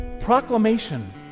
proclamation